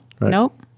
Nope